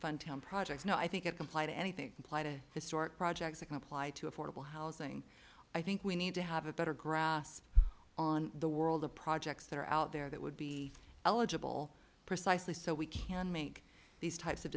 fun town projects no i think a complete anything implied a historic projects and apply to affordable housing i think we need to have a better grasp on the world the projects that are out there that would be eligible precisely so we can make these types of